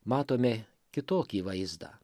matome kitokį vaizdą